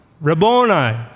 Rabboni